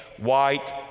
white